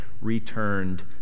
returned